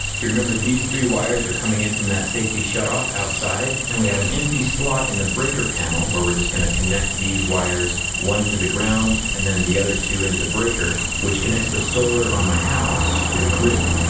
if you remember, these three wires are coming in from that safety shutoff from outside. and we have an empty slot in the breaker panel where we're just going to connect these wires, one into the ground, and the other two into the breaker, which connects the solar on my house to the grid.